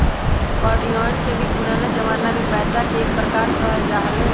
कौडियवन के भी पुराना जमाना में पैसा के एक प्रकार कहल जा हलय